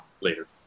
later